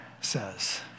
says